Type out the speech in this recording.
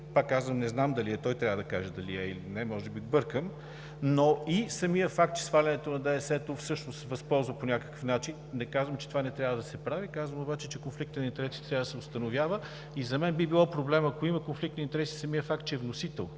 Пак казвам, не знам дали е. Той трябва да каже дали е или не – може би бъркам, но и самият факт, че свалянето на ДДС-то всъщност го възползва по някакъв начин. Не казвам, че това не трябва да се прави. Казвам обаче, че конфликтът на интереси трябва да се установява. И за мен би било проблем, ако има конфликт на интереси – самият факт, че е вносител,